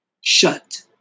shut